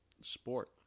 sport